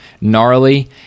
gnarly